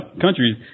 countries